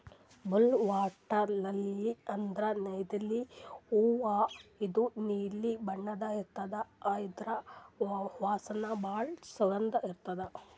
blue water lily ಅಂದ್ರ ನೈದಿಲೆ ಹೂವಾ ಇದು ನೀಲಿ ಬಣ್ಣದ್ ಇರ್ತದ್ ಇದ್ರ್ ವಾಸನಿ ಭಾಳ್ ಸುಗಂಧ್ ಇರ್ತದ್